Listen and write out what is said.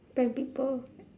prank people